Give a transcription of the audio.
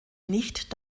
nicht